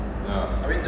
ya